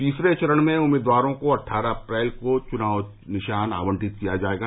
तीसरे चरण में उम्मीदवारों को अट्ठारह अप्रैल को चुनाव निशान आवंटित किया जायेगा